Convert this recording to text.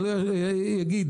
אני אגיד,